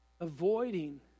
avoiding